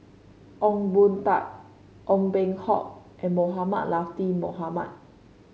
Ong Boon Tat Ong Peng Hock and Mohamed Latiff Mohamed